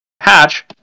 hatch